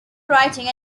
writing